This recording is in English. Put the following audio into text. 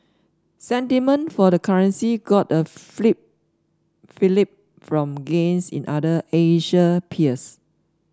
sentiment for the currency got a fillip fillip from gains in other Asian peers